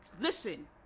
listen